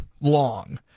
long